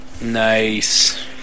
nice